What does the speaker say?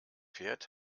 fährt